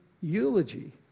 eulogy